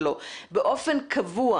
אני מבין שיש שטחים,